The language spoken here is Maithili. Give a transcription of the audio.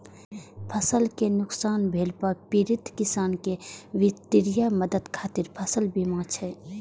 फसल कें नुकसान भेला पर पीड़ित किसान कें वित्तीय मदद खातिर फसल बीमा छै